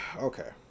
okay